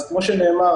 אז כפי שנאמר,